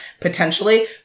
potentially